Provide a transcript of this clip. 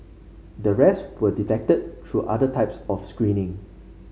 the rest were detected through other types of screening